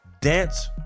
dance